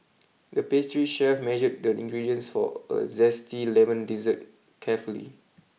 the pastry chef measured the ingredients for a zesty lemon dessert carefully